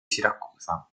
siracusa